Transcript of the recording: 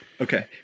Okay